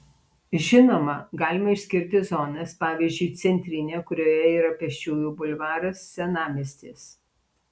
žinoma galima išskirti zonas pavyzdžiui centrinė kurioje yra pėsčiųjų bulvaras senamiestis